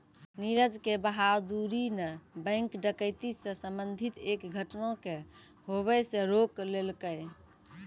नीरज के बहादूरी न बैंक डकैती से संबंधित एक घटना के होबे से रोक लेलकै